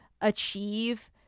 achieve